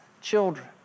children